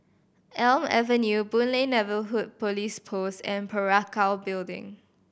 Elm Avenue Boon Lay Neighbourhood Police Post and Parakou Building